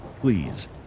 please